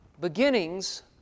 beginnings